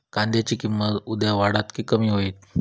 कांद्याची किंमत उद्या वाढात की कमी होईत?